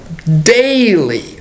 Daily